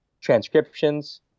transcriptions